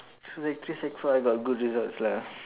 so sec three sec four I got good results lah